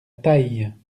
taille